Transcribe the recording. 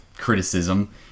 criticism